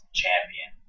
champion